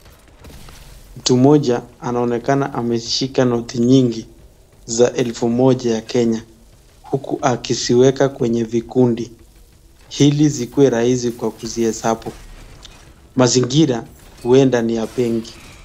Mtu moja anaonekana ameshika noti nyingi za elfu moja ya Kenya huku akiziweka kwenye vikundi ili zikuwe rahisi kwa kuzihesabu. Mazingira huenda ni ya benki.